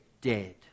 dead